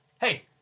Hey